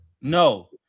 No